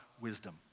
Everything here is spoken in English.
wisdom